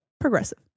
Progressive